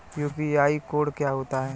UPI code क्या होता है?